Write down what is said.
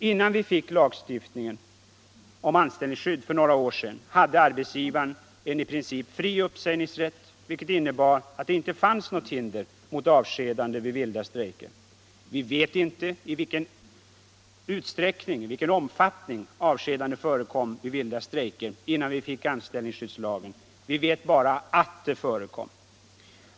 Innan vi fick lagstiftningen om anställningsskydd för några år sedan hade arbetsgivaren en i princip fri uppsägningsrätt vilket innebar att det inte fanns något hinder mot avskedande vid vilda strejker. Vi vet inte i vilken utsträckning avskedande förekom vid vilda strejker innan vi fick anställningsskyddslagen, vi vet bara art det förekom.